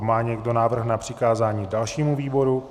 Má někdo návrh na přikázání dalšímu výboru?